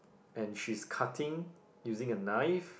and she's cutting using a knife